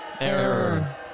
Error